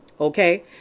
Okay